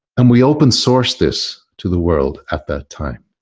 and we open-sourced this to the world at that time.